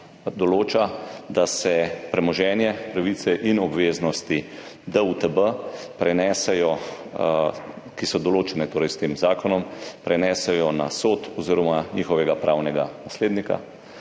določa, da se premoženje, pravice in obveznosti DUTB, ki so določene s tem zakonom, prenesejo na Sod oziroma njihovega pravnega naslednika,